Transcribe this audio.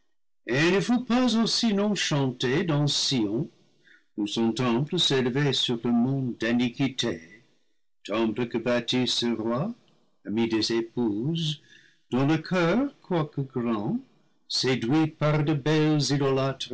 ne fut pas aussi non chantée dans sion où son temple s'élevait sur le mont d'iniquité temple que bâtit ce roi ami des épouses dont le coeur quoique grand séduit par de belles